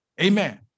Amen